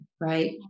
right